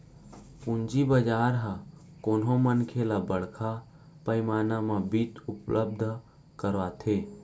पूंजी बजार ह कोनो मनखे ल बड़का पैमाना म बित्त उपलब्ध कराथे